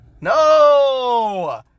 no